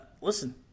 listen